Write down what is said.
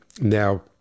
Now